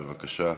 בבקשה.